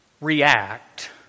react